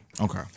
Okay